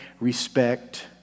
respect